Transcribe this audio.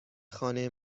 خانه